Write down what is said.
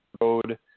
road